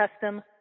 custom